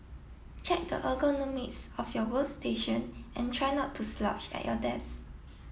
check the ergonomics of your workstation and try not to slouch at your desk